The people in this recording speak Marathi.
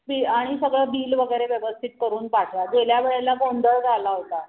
बी आणि सगळं बिल वगैरे व्यवस्थित करून पाठवा गेल्या वेळेला गोंधळ झाला होता